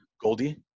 Goldie